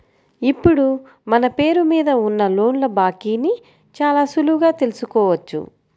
ఇప్పుడు మన పేరు మీద ఉన్న లోన్ల బాకీని చాలా సులువుగా తెల్సుకోవచ్చు